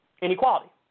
inequality